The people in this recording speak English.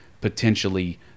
potentially